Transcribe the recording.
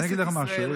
אני אגיד לך משהו.